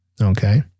Okay